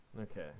Okay